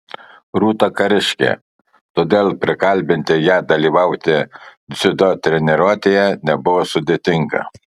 rūta kariškė todėl prikalbinti ją dalyvauti dziudo treniruotėje nebuvo sudėtinga